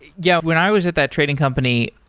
yeah. when i was at that trading company,